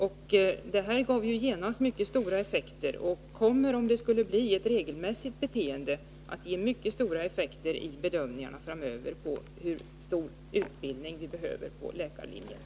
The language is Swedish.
Detta agerande gav genast mycket stora effekter, och det kommer — om det skulle bli fråga om ett regelmässigt beteende — att ge mycket stora effekter även framöver när det gäller bedömningen av dimensioneringen av läkarlinjen.